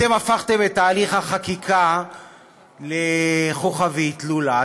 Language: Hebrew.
אתם הפכתם את תהליך החקיקה לחוכא ואטלולא.